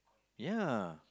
ya